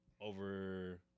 over